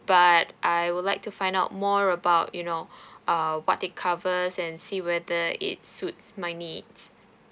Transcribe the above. but I would like to find out more about you know uh what it covers and see whether it suits my needs